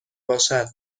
باشد